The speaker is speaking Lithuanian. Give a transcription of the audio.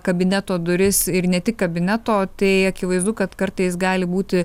kabineto duris ir ne tik kabineto tai akivaizdu kad kartais gali būti